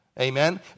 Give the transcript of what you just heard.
Amen